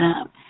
up